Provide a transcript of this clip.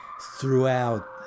throughout